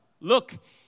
Look